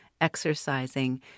exercising